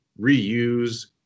reuse